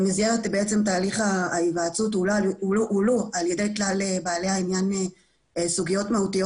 במסגרת תהליך ההיוועצות הועלו על ידי כלל בעלי העניין סוגיות מהותיות